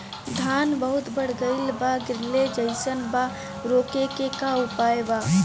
धान बहुत बढ़ गईल बा गिरले जईसन बा रोके क का उपाय बा?